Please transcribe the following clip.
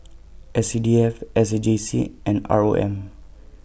S C D F S A J C and R O M